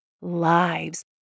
lives